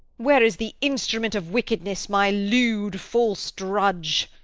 where is the instrument of wickedness, my lewd false drudge?